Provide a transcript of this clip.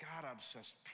God-obsessed